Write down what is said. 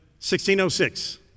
1606